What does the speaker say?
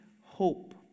hope